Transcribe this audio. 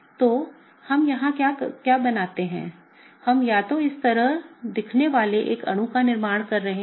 तो हम यहाँ क्या बनाते हैं हम या तो इस तरह दिखने वाले एक अणु का निर्माण करते हैं